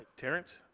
terrance?